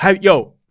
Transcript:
Yo